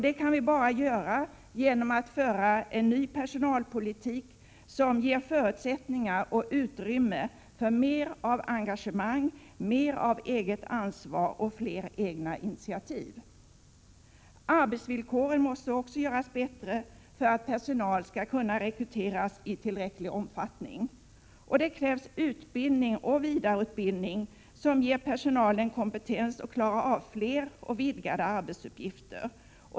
Det kan vi göra bara genom att föra en ny personalpolitik som ger förutsättningar och utrymme för mer av engagemang, mer av eget ansvar och fler egna initiativ. Arbetsvillkoren måste också göras bättre för att personal skall kunna rekryteras i tillräcklig omfattning. Det krävs utbildning och vidareutbildning som ger personalen kompetens att klara av fler och vidgade arbetsuppgifter.